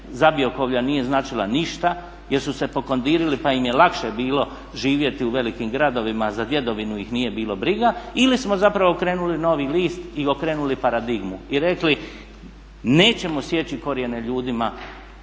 Zabiokovlja nije značila ništa jer su se pokondirili, pa im je lakše bilo živjeti u velikim gradovima, a za djedovinu ih nije bilo briga. Ili smo zapravo okrenuli novi list i okrenuli paradigmu i rekli nećemo sjeći korijene ljudima,